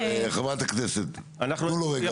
חברת הכנסת, תנו לו לדבר.